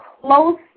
close